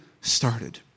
started